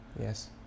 Yes